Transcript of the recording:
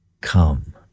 Come